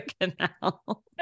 canal